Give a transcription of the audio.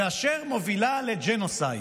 אשר מובילה לג'נוסייד.